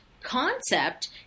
concept